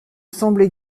semblait